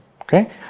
okay